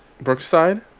Brookside